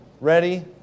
ready